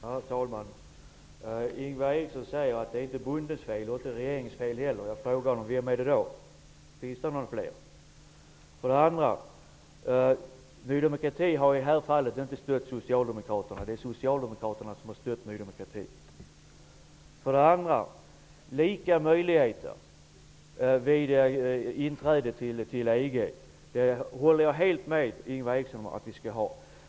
Herr talman! Ingvar Eriksson säger att det inte är bondens eller regeringens fel. Vems fel är det då? Finns det fler? Ny demokrati har i det här fallet inte stött Socialdemokraterna, utan det är Socialdemokraterna som har stött Ny demokrati. Jag håller helt med Ingvar Eriksson att vi skall ha lika möjligheter vid ett inträde i EG.